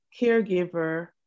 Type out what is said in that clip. caregiver